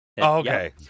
Okay